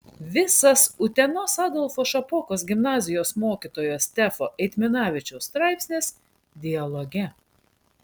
visas utenos adolfo šapokos gimnazijos mokytojo stepo eitminavičiaus straipsnis dialoge